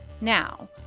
Now